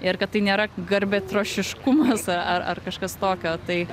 ir kad tai nėra garbėtrošiškumas ar ar kažkas tokio tai